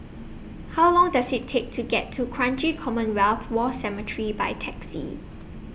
How Long Does IT Take to get to Kranji Commonwealth War Cemetery By Taxi